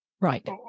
right